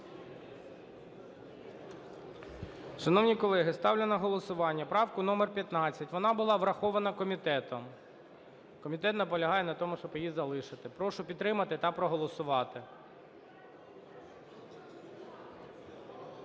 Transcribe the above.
Шановні колеги, ставлю на голосування правку номер 15. Вона була врахована комітетом. Комітет наполягає на тому, щоб її залишити. Прошу підтримати та проголосувати.